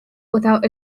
without